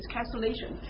Cancellation